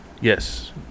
Yes